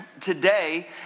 today